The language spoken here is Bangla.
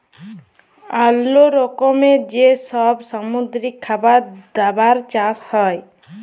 অল্লো রকমের যে সব সামুদ্রিক খাবার দাবার চাষ হ্যয়